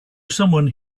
someone